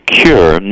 cure